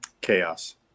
Chaos